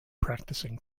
practicing